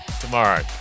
tomorrow